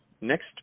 next